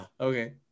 okay